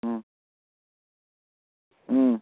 ꯎꯝ ꯎꯝ